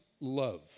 love